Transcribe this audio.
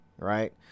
right